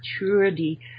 maturity